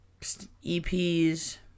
EPs